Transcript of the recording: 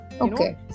Okay